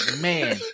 man